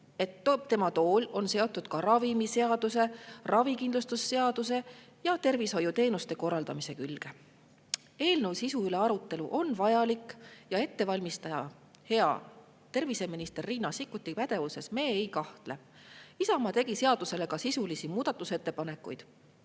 et tema tool on seotud ka ravimiseaduse, ravikindlustuse seaduse ja tervishoiuteenuste korraldamise külge. Arutelu eelnõu sisu üle on vajalik ja ettevalmistaja, hea terviseministri Riina Sikkuti pädevuses me ei kahtle. Isamaa tegi seaduse kohta ka sisulisi muudatusettepanekuid,